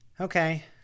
Okay